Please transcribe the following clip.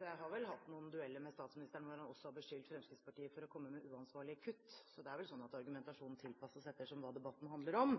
Jeg har vel hatt noen dueller med statsministeren hvor han også har beskyldt Fremskrittspartiet for å komme med uansvarlige kutt, så det er vel sånn at argumentasjonen tilpasses det debatten handler om.